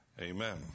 Amen